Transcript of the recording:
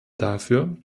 dafür